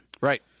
Right